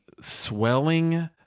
swelling